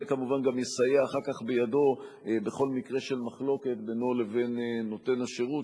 וכמובן גם יסייע אחר כך בידו בכל מקרה של מחלוקת בינו לבין נותן השירות,